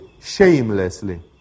shamelessly